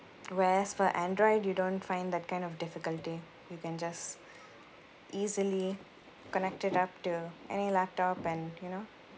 whereas for android you don't find that kind of difficulty you can just easily connect it up to any laptop and you know